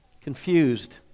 confused